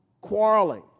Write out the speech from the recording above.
quarreling